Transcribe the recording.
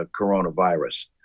coronavirus